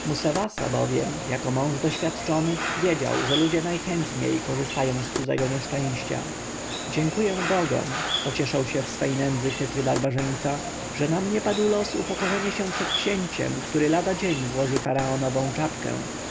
musawasa bowiem jako mąż doświadczony wiedział że ludzie najchętniej korzystają z cudzego nieszczęścia dziękuję bogom pocieszał się w swej nędzy chytry barbarzyńca że na mnie padł los upokorzenia się przed księciem który lada dzień włoży faraonowską czapkę